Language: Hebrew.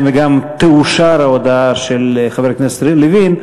וגם תאושר ההודעה של חבר הכנסת יריב לוין,